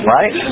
Right